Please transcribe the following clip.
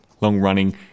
long-running